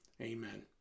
amen